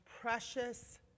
precious